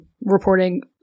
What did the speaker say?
reporting